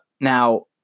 Now